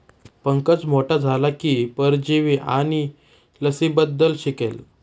पंकज मोठा झाला की परजीवी आणि लसींबद्दल शिकेल